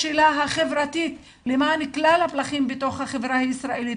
החברתית שלה למען כלל הפלחים בתוך החברה הישראלית,